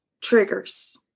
Triggers